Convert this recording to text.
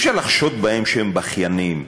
אי-אפשר לחשוד בהם שהם בכיינים.